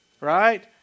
Right